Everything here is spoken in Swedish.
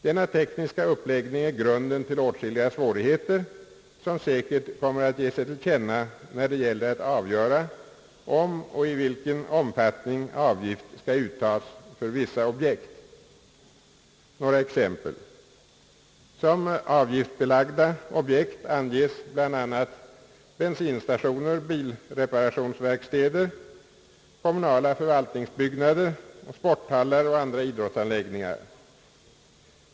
Denna tekniska uppläggning är grunden till åtskilliga svårigheter som kommer att ge sig till känna när det gäller att avgöra i vilken omfattning avgift skall uttas för vissa objekt. Några exempel: Såsom avgiftsbelagda objekt anges bl.a. bensinstationer, bilreparationsverkstäder och kommunala förvaltningsbyggnader, sporthallar och andra idrottsanläggningar.